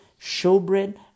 showbread